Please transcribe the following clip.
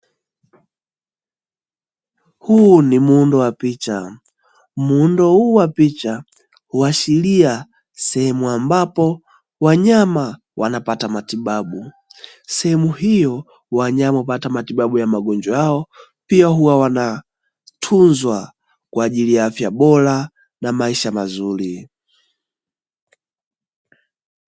Huu ni muundo wa picha. Muundo huu wa picha huashiria sehemu ambapo wanyama wanapata matibabu. Sehemu hiyo wanyama hupata matibabu ya magonjwa yao, pia huwa wanatunzwa kwa ajili ya afya bora na maisha mazuri.